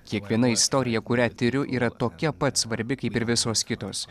kiekviena istorija kurią tiriu yra tokia pat svarbi kaip ir visos kitos